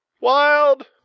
Wild